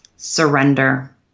surrender